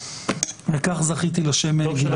וכך זכיתי לשם גלעד.